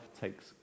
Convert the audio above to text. takes